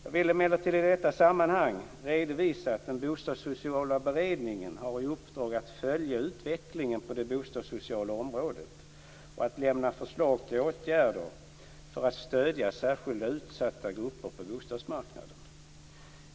Jag vill emellertid i detta sammanhang redovisa att den bostadssociala beredningen har i uppdrag att följa utvecklingen på det bostadssociala området och att lämna förslag till åtgärder för att stödja särskilt utsatta grupper på bostadsmarknaden.